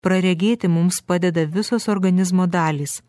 praregėti mums padeda visos organizmo dalys